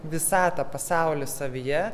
visatą pasaulį savyje